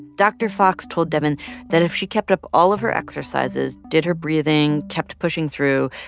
dr. fox told devyn that if she kept up all of her exercises, did her breathing, kept pushing through,